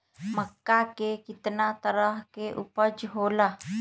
मक्का के कितना तरह के उपज हो ला?